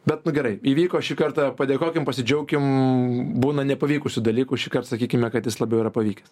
bet nu gerai įvyko šį kartą padėkokim pasidžiaukim būna nepavykusių dalykų šįkart sakykime kad jis labiau yra pavykęs